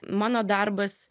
mano darbas